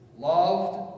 Loved